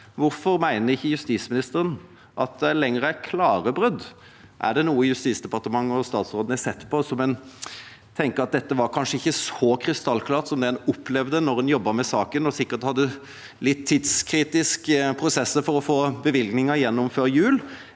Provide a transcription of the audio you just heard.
Hvorfor mener ikke lenger justisministeren at dette er «klare» brudd? Er det noe Justisdepartementet og statsråden har sett på som gjør at en tenker at dette kanskje ikke var så krystallklart som det en opplevde mens en jobbet med saken – da man sikkert hadde litt tidskritiske prosesser for å få bevilgningen igjennom før jul